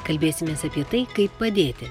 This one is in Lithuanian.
kalbėsimės apie tai kaip padėti